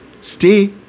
stay